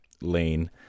lane